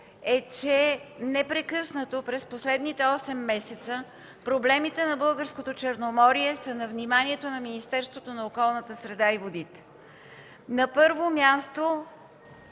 е, че непрекъснато през последните осем месеца проблемите на българското Черноморие са на вниманието на Министерството на околната среда и водите. На първо място,